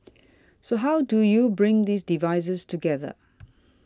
so how do you bring these devices together